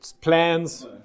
plans